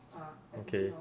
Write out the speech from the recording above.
okay